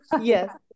Yes